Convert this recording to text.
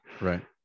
Right